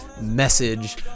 message